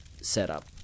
setup